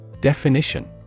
Definition